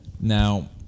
Now